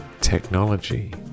technology